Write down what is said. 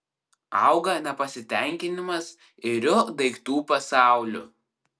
auga nepasitenkinimas iriu daiktų pasauliu